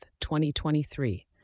2023